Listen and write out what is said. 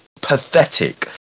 pathetic